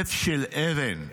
לב של אבן.